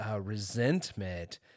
resentment